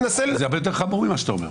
זה הרבה יותר חמור ממה שאתה אומר.